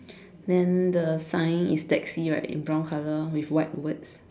then the sign is taxi right in brown colour with white words